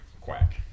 quack